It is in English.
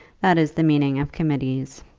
that is the meaning of committees.